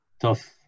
tough